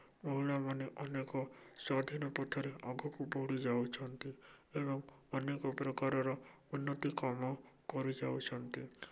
ମହିଳାମାନେ ଅନେକ ସ୍ୱାଧୀନ ପଥରେ ଆଗକୁ ବଢ଼ି ଯାଉଛନ୍ତି ଏବଂ ଅନେକପ୍ରକାରର ଉନ୍ନତି କାମ କରିଯାଉଛନ୍ତି